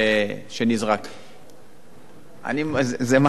זו מחמאה בשבילי שמטילים עלי כל כך הרבה משרדים,